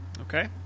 Okay